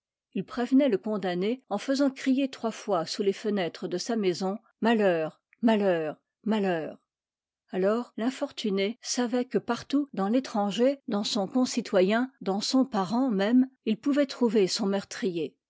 ils prévenaient le condamné en faisant crier trois fois sous les fenêtres de sa maison maaemf malheur mtaaemr alors l'infortuné savait que partout dans l'étranger dans son concii en dans son parent même il pouvait trouver son meurtrier